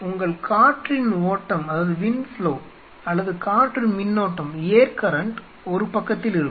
உங்கள் காற்றின் ஓட்டம் அல்லது காற்று மின்னோட்டம் ஒரு பக்கத்தில் இருக்கும்